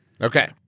Okay